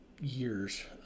years